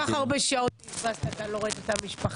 כל כך הרבה שעות בזבזת כאן, לא ראית את המשפחה.